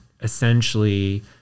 essentially